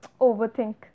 overthink